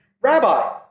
Rabbi